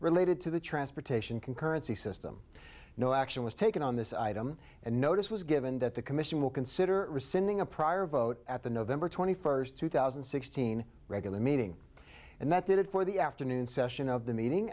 related to the transportation concurrency system no action was taken on this item and notice was given that the commission will consider rescinding a prior vote at the nov twenty first two thousand and sixteen regular meeting and that did it for the afternoon session of the meeting